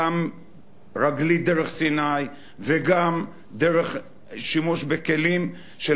גם רגלית דרך סיני וגם דרך שימוש בכלים של